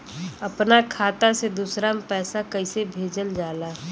अपना खाता से दूसरा में पैसा कईसे भेजल जाला?